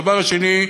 הדבר השני,